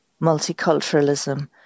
multiculturalism